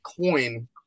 coin